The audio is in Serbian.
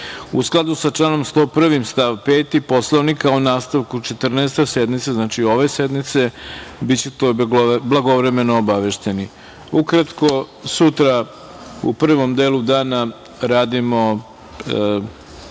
skladu sa članom 101. stav 5. Poslovnika o nastavku Četrnaeste sednice, znači, ove sednice, bićete blagovremeno obavešteni. Ukratko, sutra u prvom delu dana radimo,